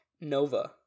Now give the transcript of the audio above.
nova